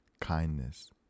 kindness